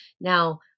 now